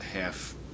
half